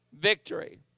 victory